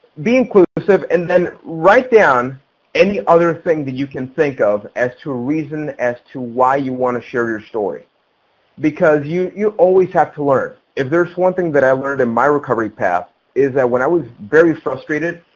be inclusive and then write down any other thing that you can think of as to a reason as to why you want to share your story because you you always have to learn. if there's one thing that i learned in my recovery path is that when i was very frustrated.